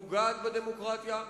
פוגעת בדמוקרטיה,